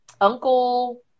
uncle